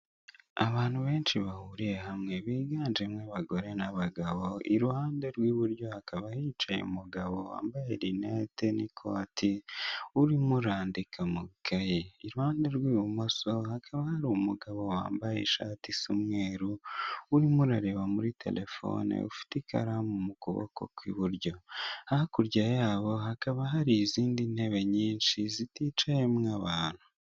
Abantu benshi bahuriye hamwe biganjemo abagore n' abagabo iruhande rw' iburyo hakaba hicaye umugabo wambaye rineti n' ikoti urimo urandika mu ikaye, iruhande rw' ibumoso hakaba hari umugabo wambaye ishati isa ummweru urimo urareba muri terefone ufite ikaramu mu kuboko kw' iburyo. Hakurya yabo hakaba hari izindi ntebe nyinshi ziticayemo abantu.